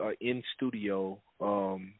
in-studio